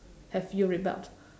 have you rebelled